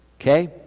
okay